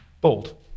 Bold